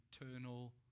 eternal